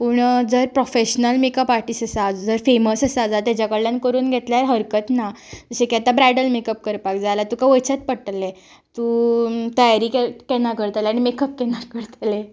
पूण जंय professional makeup artist आसा जंय फेमस आसा जाल्या तेज्या कडल्यान करून घेतल्यार हरकत ना जशें की आतां ब्रायडल मेकअप करपाक जाय जाल्या तुका वयचेंच पडटलें तूं तयारी केन्ना करतलें आनी मेकअप केन्ना करतलें